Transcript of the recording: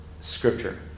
scripture